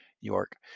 York